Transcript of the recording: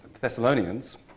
Thessalonians